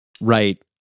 right